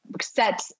set